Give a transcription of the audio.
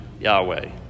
Yahweh